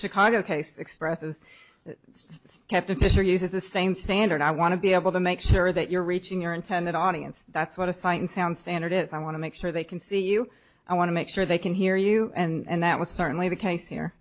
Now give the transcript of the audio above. chicago case expresses skeptic mr uses the same standard i want to be able to make sure that you're reaching your intended audience that's what a sight and sound standard is i want to make sure they can see you i want to make sure they can hear you and that was certainly the case here